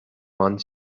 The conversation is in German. man